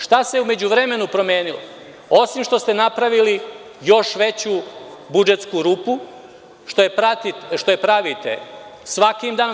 Šta se u međuvremenu promenilo, osim što ste napravili još veću budžetsku rupu, što je pravite svaki dan?